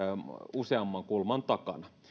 useamman kulman takana